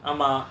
ஆமா:aama